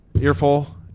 Earful